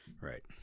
Right